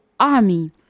Army